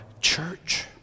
church